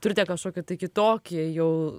turite kažkokį tai kitokį jau